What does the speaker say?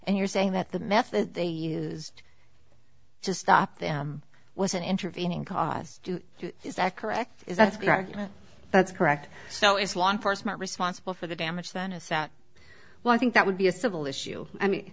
and you're saying that the method they used to stop them was an intervening cause is that correct is that's correct that's correct so is law enforcement responsible for the damage than a set well i think that would be a civil issue i mean